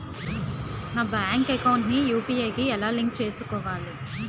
నా bank account ని UPI కి ఎలా లింక్ చేసుకోవాలి?